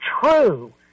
true